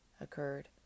occurred